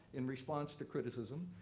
in response to criticisms,